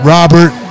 Robert